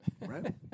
right